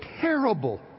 terrible